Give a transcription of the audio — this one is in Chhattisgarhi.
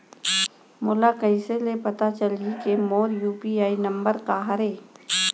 मोला कइसे ले पता चलही के मोर यू.पी.आई नंबर का हरे?